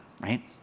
right